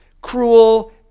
cruel